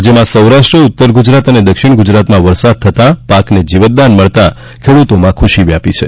રાજ્યમાં સૌરાષ્ટ્ર ઉત્તર ગુજરાત અને દક્ષિણ ગુજરાતમાં વરસાદ થતાં પાકને જીવતદાન મળતા ખેડૂતોમાં ખુશી વ્યાપી છે